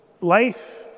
life